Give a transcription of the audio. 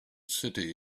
city